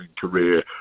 career